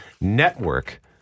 Network